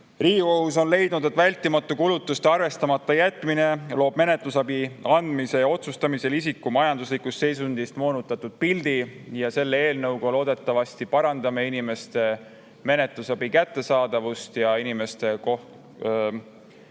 Riigikohus on leidnud, et vältimatute kulutuste arvestamata jätmine loob menetlusabi andmise otsustamisel isiku majanduslikust seisundist moonutatud pildi. Selle eelnõuga loodetavasti parandame inimeste menetlusabi kättesaadavust ja inimeste abi